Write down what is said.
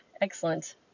excellent